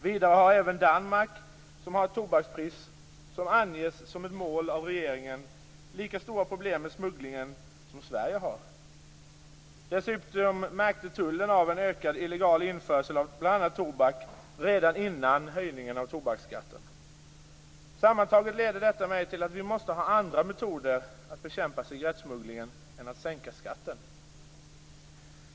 Vidare har även Danmark, som har ett tobakspris som anges som ett mål av regeringen, lika stora problem med smugglingen som Sverige har. Dessutom märkte tullen av en ökad illegal införsel av bl.a. tobak redan innan höjningen av tobaksskatten. Sammantaget leder detta mig till att vi måste ha andra metoder att bekämpa cigarettsmugglingen på än att sänka skatten.